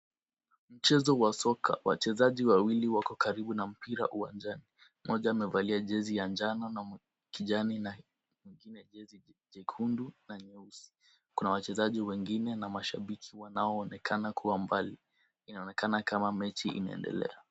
Mchezo wa soka. Wachezaji wawili wako karibu na mpira uwanjani. Mmoja amevalia jezi ya njano na kijani, na mwingine jezi jekundu na nyeusi. Kuna wachezaji wengine na mashabiki wanaoonekana kuwa umbali. Inaonekana kama mechi inaendelea.